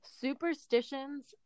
superstitions